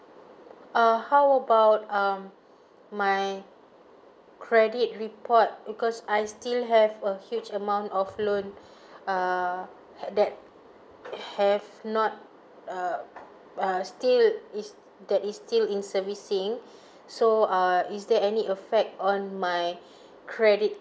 uh how about um my credit report because I still have a huge amount of loan uh have that have not uh uh still is that is still in servicing so err is there any affect on my credit